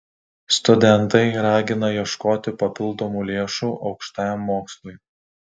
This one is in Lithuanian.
studentai ragina ieškoti papildomų lėšų aukštajam mokslui